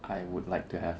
I would like to have